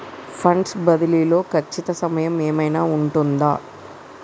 Funds బదిలీ లో ఖచ్చిత సమయం ఏమైనా ఉంటుందా?